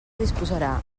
disposarà